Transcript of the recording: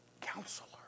Counselor